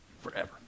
forever